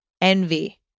envy